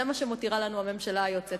זה מה שמותירה לנו הממשלה היוצאת,